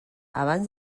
abans